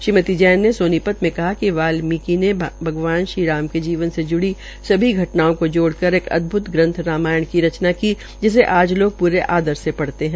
श्रीमती जैन ने सोनीपत मे कहा कि वाल्मीकि ने भगवान श्री राम ने सोनीपत से ज्ड़ी सभी घटनाओं को जोड़ कर एक अदभ्रत ग्रंथ रामायण की रचना की जिसे आज लोग पूरे आदर से पढ़ते है